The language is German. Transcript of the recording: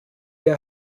der